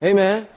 Amen